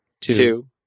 two